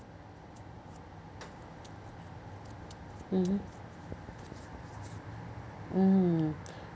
mmhmm mm